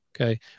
okay